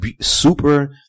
Super